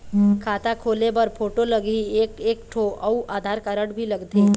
खाता खोले बर फोटो लगही एक एक ठो अउ आधार कारड भी लगथे?